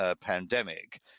pandemic